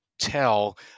tell